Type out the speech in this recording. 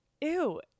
Ew